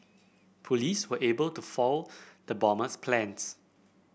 police were able to foil the bomber's plans